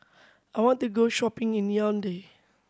I want to go shopping in Yaounde